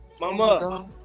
Mama